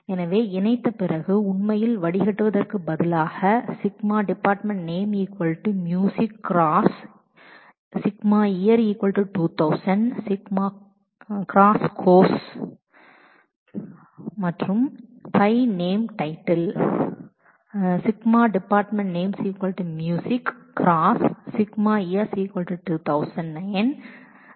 எனவே உண்மையில் வடிகட்டுவதற்குப் பதிலாக ஜாயின் செய்த பிறகுσdept name music ⋈ σyear2009 ⋈ course do Πnametitle σdept name music ⋈ σyear2009 ⋈ course என்பதை செய்ய வேண்டும்